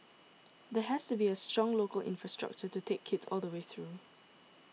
there has to be a strong local infrastructure to take kids all the way through